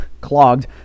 clogged